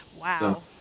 Wow